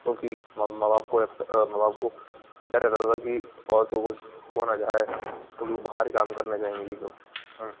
کیونکہ ماں باپ کو ماں باپ کو ڈر رہتا تھا کہ عورتوں کو کچھ ہو نہ جائے کبھی باہر کام کرنے جائیں گی وہ ہوں